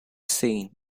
scene